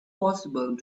possible